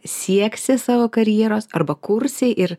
sieksi savo karjeros arba kursi ir